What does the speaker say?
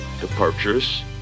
departures